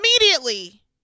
Immediately